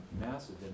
massive